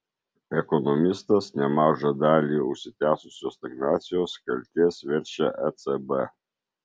ekonomistas nemažą dalį užsitęsusios stagnacijos kaltės verčia ecb